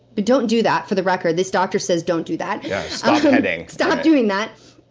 but don't do that, for the record. this doctor says, don't do that. yeah. stop heading stop doing that.